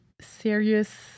serious